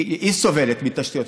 היא סובלת, מתשתיות.